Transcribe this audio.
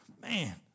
Man